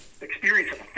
experience